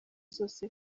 zose